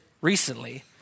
recently